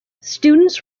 students